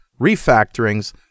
refactorings